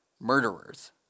Murderers